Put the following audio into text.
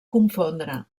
confondre